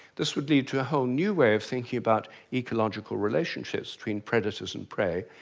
this would lead to a whole new way of thinking about ecological relationships between predators and prey.